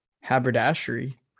haberdashery